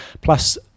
plus